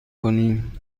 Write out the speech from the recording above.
کنیم